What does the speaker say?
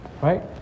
Right